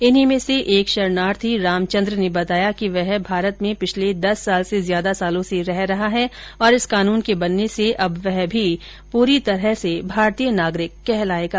इन्ही में से एक शरणार्थी रामचन्द्र ने बताया कि वह भारत में पिछले दस साल से ज्यादा सालों से रह रहा है और इस कानून के बनने से अब वह भी पूर्ण तौर पर भारतीय नागरिक कहलायेगा